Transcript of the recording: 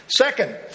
Second